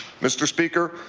mr. speaker,